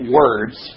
words